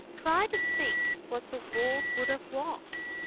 try to think what the world would have lost!